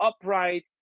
upright